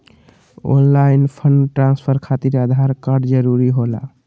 Online fund transfer खातिर Aadhaar card जरूरी होला?